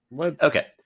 okay